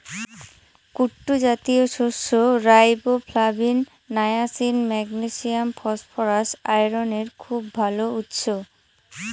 কুট্টু জাতীয় শস্য riboflavin, niacin, magnesium, phosphorus, আয়রনের খুব ভাল উৎস